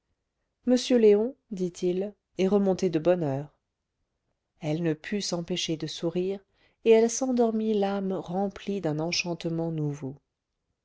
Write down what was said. m léon dit-il est remonté de bonne heure elle ne put s'empêcher de sourire et elle s'endormit l'âme remplie d'un enchantement nouveau